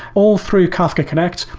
all through kafka connect,